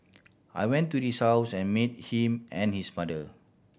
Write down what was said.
I went to his house and met him and his mother